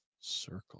circle